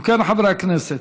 אם כן, חברי הכנסת,